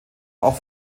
auch